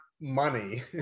money